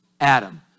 Adam